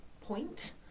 point